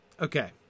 Okay